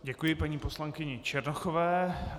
Děkuji paní poslankyni Černochové.